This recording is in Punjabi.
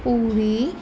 ਪੂਰੀ